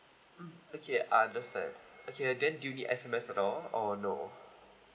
mm okay I understand okay then do you need S_M_S at all or no